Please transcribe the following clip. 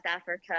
Africa